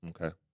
Okay